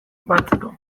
batzeko